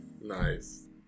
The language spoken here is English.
Nice